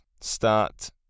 start